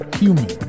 human